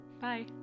bye